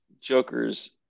Joker's